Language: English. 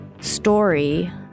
Story